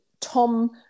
Tom